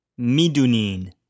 Midunin